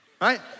right